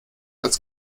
als